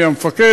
מהמפקד,